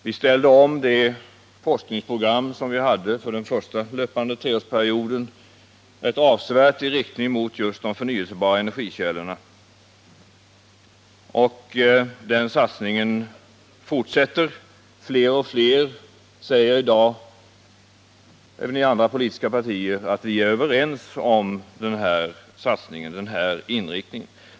Vi ställde om det forskningsprogram som vi hade för den första löpande treårsperioden i riktning mot just de förnyelsebara energikällorna. Den satsningen fortsätter. Fler och fler även i andra politiska partier säger i dag att vi är överens om den här inriktningen.